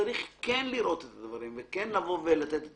צריך כן לראות את הדברים וכן לבוא ולתת את